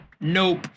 nope